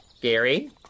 Gary